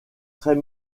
très